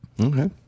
Okay